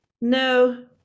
no